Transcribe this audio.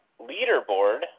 leaderboard